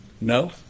No